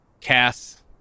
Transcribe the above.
Cass